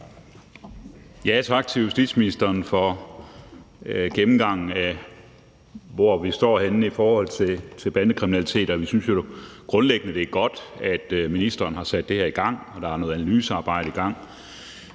Tak til justitsministeren for gennemgangen af, hvor vi står henne i forhold til bandekriminalitet. Vi synes grundlæggende, det er godt, at ministeren har sat det her i gang, og at der er noget analysearbejde i gang,